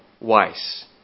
wise